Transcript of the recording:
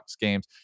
games